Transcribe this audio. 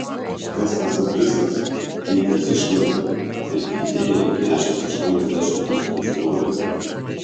kas tas artistas keitęs išvaizdą ir keitėjui atnešęs aštuoniasdešimt tūkstančių dolerių